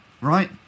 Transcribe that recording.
right